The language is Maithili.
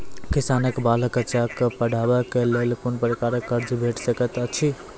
किसानक बाल बच्चाक पढ़वाक लेल कून प्रकारक कर्ज भेट सकैत अछि?